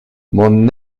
mon